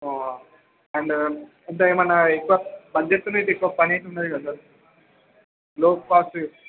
ఆ అండ్ ఇంకా ఏమైనా ఎక్కువ బడ్జెట్ అనేది ఎక్కువ పని ఏమి ఉండదు కదా సార్ లో కాస్ట్